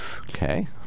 Okay